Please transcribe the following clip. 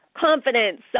confidence